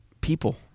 people